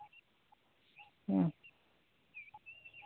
ᱦᱩᱸ